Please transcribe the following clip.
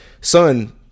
son